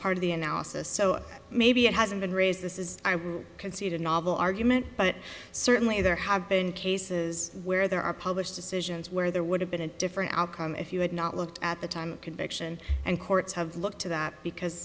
part of the analysis so maybe it hasn't been raised this is considered a novel argument but certainly there have been cases where there are published decisions where there would have been a different outcome if you had not looked at the time conviction and courts have looked to that because